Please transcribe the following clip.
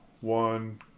one